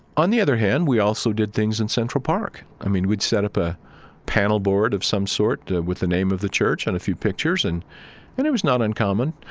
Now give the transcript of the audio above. on the other hand, we also did things in central park i mean, we'd set up a panel board of some sort with the name of the church and a few pictures, and and it was not uncommon.